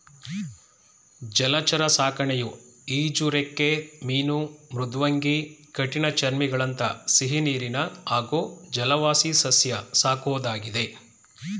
ಜಲಚರ ಸಾಕಣೆಯು ಈಜುರೆಕ್ಕೆ ಮೀನು ಮೃದ್ವಂಗಿ ಕಠಿಣಚರ್ಮಿಗಳಂಥ ಸಿಹಿನೀರಿನ ಹಾಗೂ ಜಲವಾಸಿಸಸ್ಯ ಸಾಕೋದಾಗಿದೆ